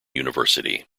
university